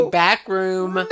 backroom